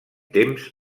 temps